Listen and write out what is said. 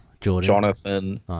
Jonathan